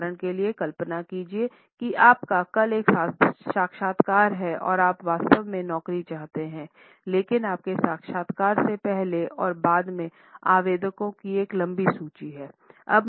उदाहरण के लिए कल्पना कीजिए कि आपका कल एक साक्षात्कार है और आप वास्तव में नौकरी चाहते हैं लेकिन आपके साक्षात्कार से पहले और बाद में आवेदकों की एक लंबी सूची है